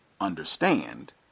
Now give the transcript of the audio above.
understand